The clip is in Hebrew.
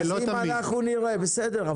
בסדר,